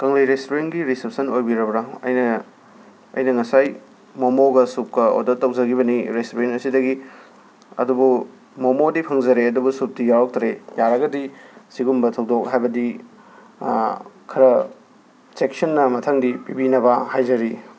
ꯀꯪꯂꯩ ꯔꯦꯁꯇꯨꯔꯦꯟꯒꯤ ꯔꯤꯁꯦꯞꯁꯟ ꯑꯣꯏꯕꯤꯔꯕ꯭ꯔꯥ ꯑꯩꯅ ꯑꯩꯅ ꯉꯁꯥꯏ ꯃꯣꯃꯣꯒ ꯁꯨꯞꯀ ꯑꯣꯗꯔ ꯇꯧꯖꯒꯤꯕꯅꯤ ꯔꯦꯁꯇꯨꯔꯦꯟ ꯑꯁꯤꯗꯒꯤ ꯑꯗꯨꯕꯨ ꯃꯣꯃꯣꯗꯤ ꯐꯪꯖꯔꯦ ꯑꯗꯨꯒ ꯁꯨꯞꯇꯤ ꯌꯥꯎꯔꯛꯇ꯭ꯔꯦ ꯌꯥꯔꯒꯗꯤ ꯁꯤꯒꯨꯝꯕ ꯊꯧꯗꯣꯛ ꯍꯥꯏꯕꯗꯤ ꯈꯔ ꯆꯦꯛꯁꯤꯟꯅ ꯃꯊꯪꯗꯤ ꯄꯤꯕꯤꯅꯕ ꯍꯥꯏꯖꯔꯤ